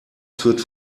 führt